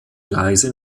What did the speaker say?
gleise